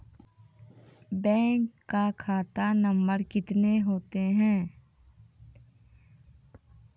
Bank का खाता नम्बर कितने होते हैं?